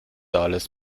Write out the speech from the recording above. alles